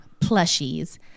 plushies